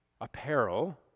apparel